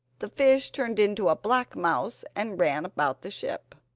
the fish turned into a black mouse and ran about the ship.